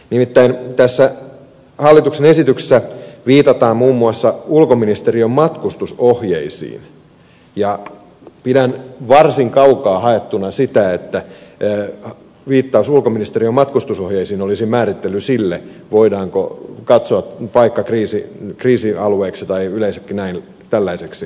nimittäin tässä hallituksen esityksessä viitataan muun muassa ulkoministeriön matkustusohjeisiin ja pidän varsin kaukaa haettuna sitä että viittaus ulkoministeriön matkustusohjeisiin olisi määrittely sille voidaanko katsoa paikka kriisialueeksi tai yleensäkin tällaiseksi